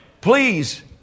Please